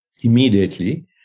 immediately